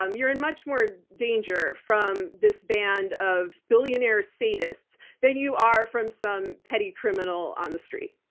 um you're in much more danger from this band of billionaire sadists than you are from some petty criminal on the street.